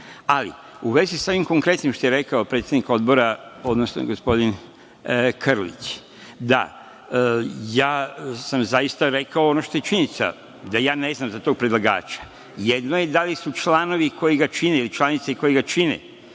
u vezi sa ovim konkretnim što je rekao predsednik Odbora, odnosno gospodin Krlić, da sam ja zaista rekao ono što je činjenica, da ja ne znam za tog predlagača, jedno je da li su članovi koji ga čine ili članice koji ga čine